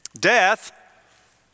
death